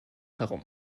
herum